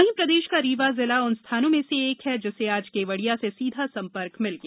वहीं प्रदेश का रीवा जिला उन स्थानों में से एक है जिसे आज केवडिया से सीधा संपर्क मिल गया